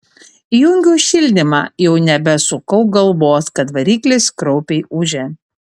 įjungiau šildymą jau nebesukau galvos kad variklis kraupiai ūžia